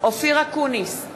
אופיר אקוניס,